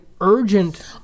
urgent